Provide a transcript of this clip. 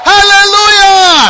Hallelujah